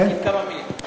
אז תגיד כמה מילים.